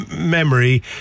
memory